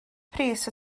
pris